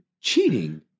cheating